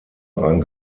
ein